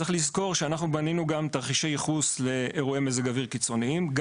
צריך לזכור שאנחנו בנינו גם תרחישי ייחוס לאירועי מזג אוויר קיצוניים.